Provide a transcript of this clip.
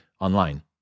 online